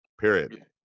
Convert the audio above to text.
period